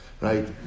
right